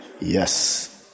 Yes